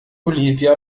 olivia